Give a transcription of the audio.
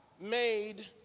made